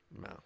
No